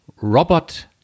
Robert